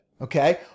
okay